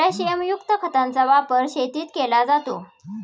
पोटॅशियमयुक्त खताचा वापर शेतीत केला जातो